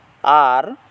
ᱟᱨ